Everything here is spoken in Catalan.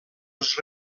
els